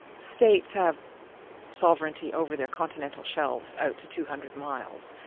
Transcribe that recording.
states have sovereignty over their continental shelves out to two hundred miles,